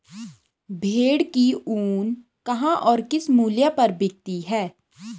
भेड़ की ऊन कहाँ और किस मूल्य पर बिकती है?